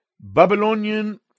Babylonian